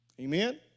Amen